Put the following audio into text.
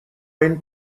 این